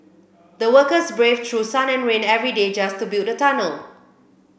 the workers braved through sun and rain every day just to build the tunnel